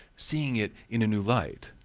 seeing it in a new light,